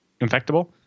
infectable